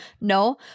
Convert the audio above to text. No